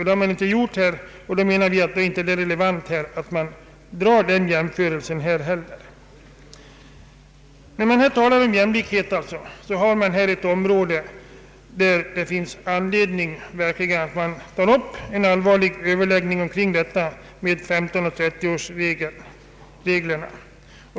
Det har man inte gjort, och därför är det inte relevant att nu dra den jämförelsen. När man talar om jämlikhet torde man finna att detta område verkligen måste tas upp till en allvarlig prövning vad gäller 15 och 30-årsreglerna.